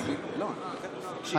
הוא קרא לי שיכור.